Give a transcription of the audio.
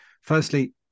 Firstly